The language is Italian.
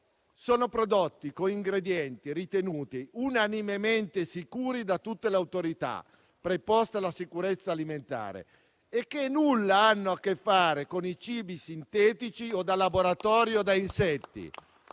Sono prodotti con ingredienti ritenuti unanimemente sicuri da tutte le autorità preposte alla sicurezza alimentare e che nulla hanno a che fare con i cibi sintetici, da laboratorio o da insetti.